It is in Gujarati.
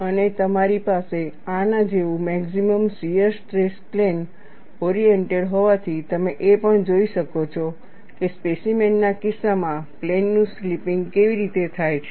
અને તમારી પાસે આના જેવું maximum shear stress plane oriented હોવાથી તમે એ પણ જોઈ શકો છો કે સ્પેસીમેન ના કિસ્સામાં પ્લેનનું સ્લિપિંગ કેવી રીતે થાય છે